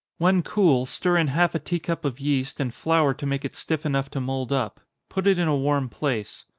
when cool, stir in half a tea-cup of yeast, and flour to make it stiff enough to mould up. put it in a warm place.